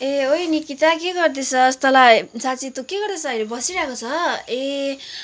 ए ओई निकिता के गर्दैछस् तँलाई साँची तँ के गर्दैछस् अहिले बसिरहेको छ ए